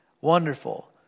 wonderful